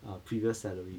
uh previous salary